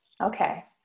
Okay